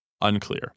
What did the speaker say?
unclear